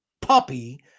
puppy